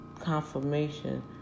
confirmation